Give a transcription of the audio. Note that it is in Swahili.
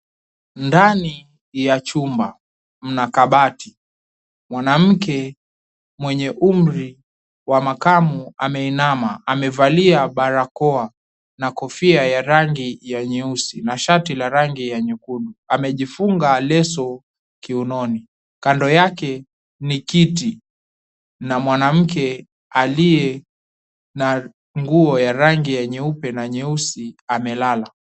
Ndani ya chumba mna kabati, mwanamke mwenye umri wa makamu ameinama amevalia barakoa na kofia ya rangi ya nyeusi na shati la rangi ya nyekundu, amejifunga leso kiunoni kando yake ni kiti na mwanamke aliye na nguo ya rangi ya nyeupe na nyeusi amelala.